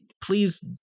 please